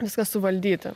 viską suvaldyti